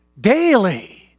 daily